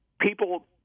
people